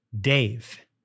Dave